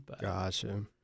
Gotcha